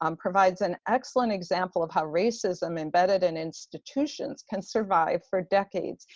um provides an excellent example of how racism embedded in institutions can survive for decades,